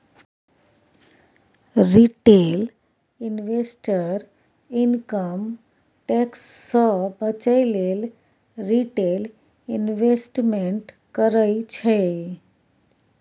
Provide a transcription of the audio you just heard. retail investor income tax सँ बचय लेल रिटेल इंवेस्टमेंट करय छै